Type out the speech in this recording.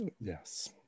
yes